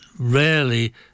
rarely